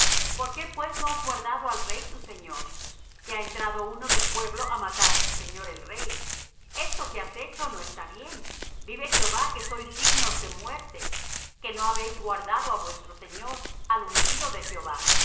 por qué pues no has guardado al rey tu señor que ha entrado uno del pueblo á matar á tu señor el rey esto que has hecho no está bien vive jehová que sois dignos de muerte que no habéis guardado á vuestro señor al ungido de jehová